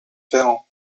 ferrand